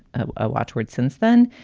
a watchword since then.